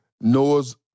Noah's